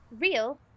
Real